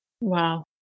Wow